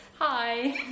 Hi